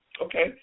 Okay